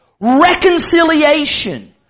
reconciliation